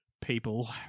people